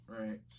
right